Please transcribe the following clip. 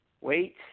wait